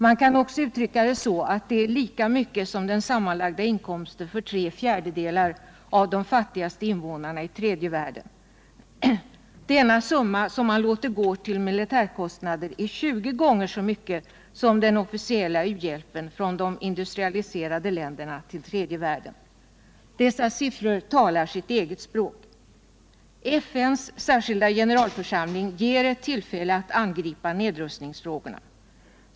Man kan också uttrycka det så att det är lika mycket som den sammanlagda inkomsten för tre fjärdedelar av de fattigaste innevånarna i tredje världen. Den summa som man låter gå till militärkostnader är 20 gånger så stor som den officiella u-hjälpen från de industrialiserade länderna till tredje världen. Dessa siffror talar sitt eget språk. FN:s särskilda generalförsamling ger ett tillfälle att angripa nedrustnings frågorna.